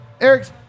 Eric